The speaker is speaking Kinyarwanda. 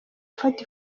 afata